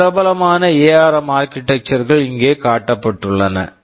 சில பிரபலமான ARM ARM architecture architecture கள் இங்கே காட்டப்பட்டுள்ளன